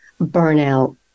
burnout